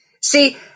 See